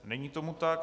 Není tomu tak.